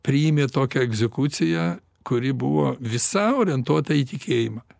priimė tokią egzekuciją kuri buvo visa orientuota į tikėjimą